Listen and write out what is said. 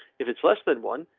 if it's less than one,